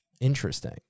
Interesting